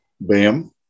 Bam